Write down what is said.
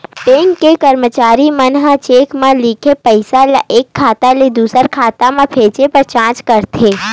bank के करमचारी मन ह चेक म लिखाए पइसा ल एक खाता ले दुसर खाता म भेजे बर जाँच करथे